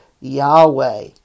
Yahweh